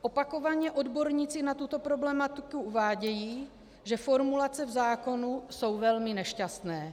Opakovaně odborníci na tuto problematiku uvádějí, že formulace v zákoně jsou velmi nešťastné.